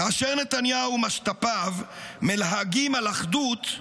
כאשר נתניהו ומשת"פיו מלהגים על אחדות,